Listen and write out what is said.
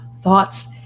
thoughts